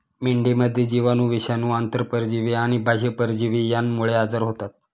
मेंढीमध्ये जीवाणू, विषाणू, आंतरपरजीवी आणि बाह्य परजीवी यांमुळे आजार होतात